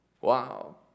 Wow